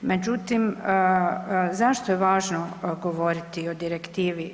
Međutim, zašto je važno govoriti o direktivi?